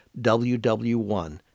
WW1